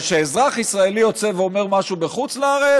אבל כשאזרח ישראלי יוצא ואומר משהו בחוץ-לארץ,